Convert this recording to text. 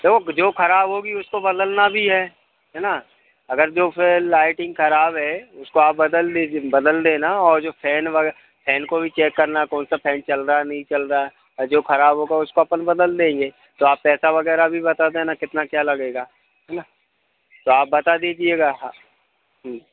जो जो ख़राब होगी उसको बदलना भी है है ना अगर जो फिर लाइटिंग ख़राब है उसको आप बदल लीजि बदल देना और जो फैन वगै फैन को भी चेक करना कौन सा फैन चल रहा है नहीं चल रहा है और जो ख़राब होगा उसको अपन बदल देंगे तो आप पैसा वगैरह भी बता देना कितना क्या लगेगा है ना तो आप बता दीजिएगा हाँ